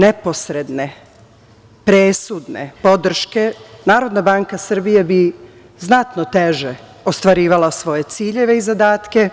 Bez te neposredne presudne podrške NBS bi znatno teže ostvarivala svoje ciljeve i zadatke